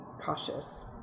cautious